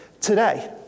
today